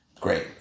great